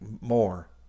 more